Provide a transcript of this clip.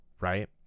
right